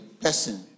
person